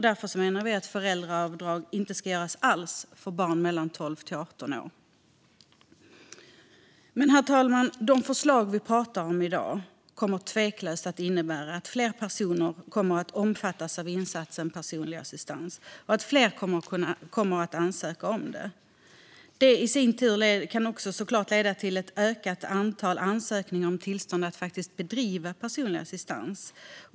Därför menar vi att föräldraavdrag inte ska göras alls för barn mellan 12 och 18 år. Herr talman! De förslag vi pratar om i dag kommer tveklöst att innebära att fler personer kommer att omfattas av insatsen personlig assistans och att fler kommer att ansöka om detta. Det i sin tur kan såklart också leda till ett ökat antal ansökningar om tillstånd att faktiskt bedriva personlig assistans.